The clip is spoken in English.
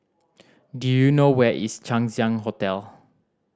do you know where is Chang Ziang Hotel